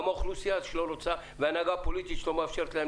גם האוכלוסייה שלא רוצה וההנהגה הפוליטית שלא מאפשרת להם